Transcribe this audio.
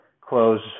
close